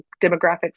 demographics